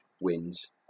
Wins